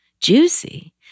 juicy